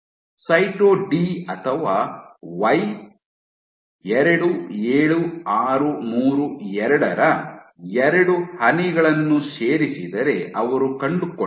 ಸೈಟೊ D ಅಥವಾ Y 27632 ರ ಎರಡು ಹನಿಗಳನ್ನು ಸೇರಿಸಿದರೆ ಅವರು ಕಂಡುಕೊಂಡದ್ದು